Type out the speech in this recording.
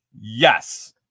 Yes